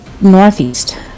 northeast